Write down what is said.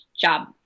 job